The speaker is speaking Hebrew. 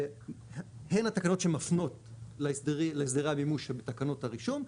והן התקנות שמפנות להסדרי המימוש שבתקנות הרישום,